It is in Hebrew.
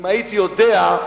אם הייתי יודע,